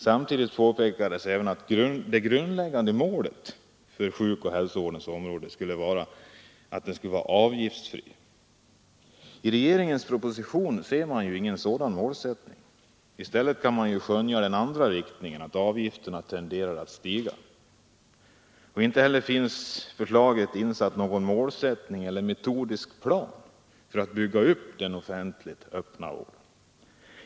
Samtidigt påpekades att det grundläggande målet var att sjukoch hälsovården skulle vara avgiftsfri. I regeringens proposition ser man ingenting av denna målsättning. I stället kan man skönja en tendens i riktning mot stigande avgifter. Det finns i förslaget inte ens någon målsättning eller metodisk plan för att bygga upp den offentliga öppenvården.